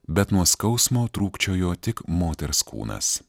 bet nuo skausmo trūkčiojo tik moters kūnas